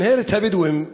מינהלת הבדואים,